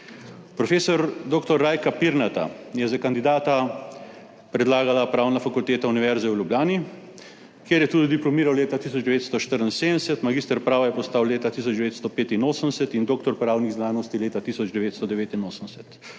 Prof. dr. Rajka Pirnata je za kandidata predlagala Pravna fakulteta Univerze v Ljubljani, kjer je tudi diplomiral leta 1974, magister prava je postal leta 1985 in doktor pravnih znanosti leta 1989.